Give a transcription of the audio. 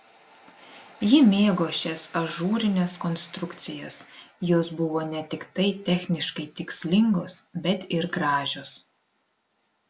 ji mėgo šias ažūrines konstrukcijas jos buvo ne tiktai techniškai tikslingos bet ir gražios